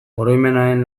oroimenaren